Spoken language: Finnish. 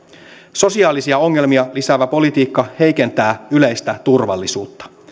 sosiaalisia ongelmia lisäävä politiikka heikentää yleistä turvallisuutta